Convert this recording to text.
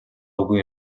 үгүй